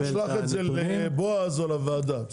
תשלח את זה לבועז או לוועדה.